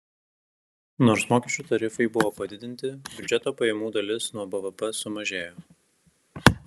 nors mokesčių tarifai buvo padidinti biudžeto pajamų dalis nuo bvp sumažėjo